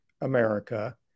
America